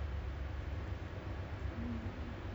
my one of my my brothers I got two brothers